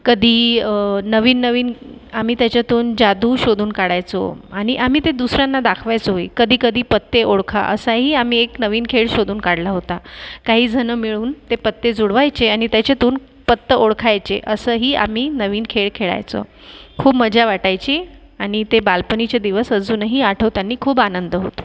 कधी नवीननवीन आम्ही त्याच्यातून जादू शोधून काढायचो आणि आम्ही ते दुसऱ्यांना दाखवायचोही कधीकधी पत्ते ओळखा असाही आम्ही एक नवीन खेळ शोधून काढला होता काही जण मिळून ते पत्ते जुळवायचे आणि त्याच्यातून पत्ते ओळखायचे असंही आम्ही नवीन खेळ खेळायचो खूप मजा वाटायची आणि ते बालपणीचे दिवस अजूनही आठवताना खूप आनंद होतो